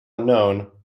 unknown